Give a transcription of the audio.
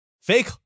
fake